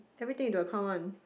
everything into account one